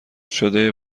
شده